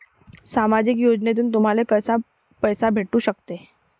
सामाजिक योजनेतून तुम्हाले कसा पैसा भेटू सकते?